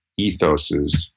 ethoses